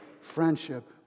friendship